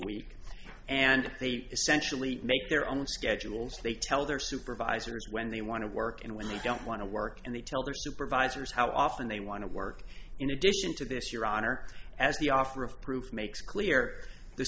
week and they essentially make their own schedules they tell their supervisors when they want to work and when they don't want to work and they tell their supervisors how often they want to work in addition to this your honor as the offer of proof makes clear the